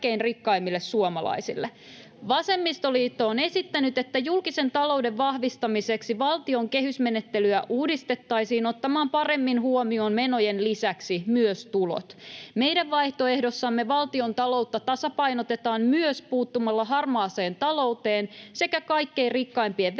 Vasemmistoliitto on esittänyt, että julkisen talouden vahvistamiseksi valtion kehysmenettelyä uudistettaisiin ottamaan paremmin huomioon menojen lisäksi tulot. Meidän vaihtoehdossamme valtiontaloutta tasapainotetaan myös puuttumalla harmaaseen talouteen sekä kaikkein rikkaimpien veroetuihin